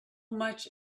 much